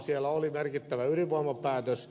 siellä oli merkittävä ydinvoimapäätös